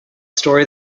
story